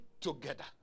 together